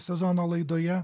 sezono laidoje